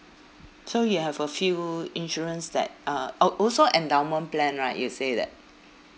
so you have a few insurance that uh al~ also endowment plan right you say that